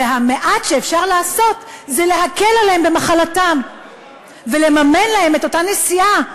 והמעט שאפשר לעשות זה להקל עליהם במחלתם ולממן להם את אותה נסיעה,